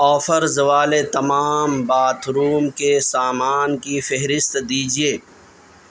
offers والے تمام bathroom کے سامان کی فہرست دیجیے